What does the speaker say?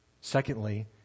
Secondly